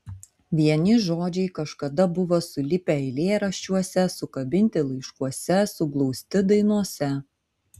vieni žodžiai kažkada buvo sulipę eilėraščiuose sukabinti laiškuose suglausti dainose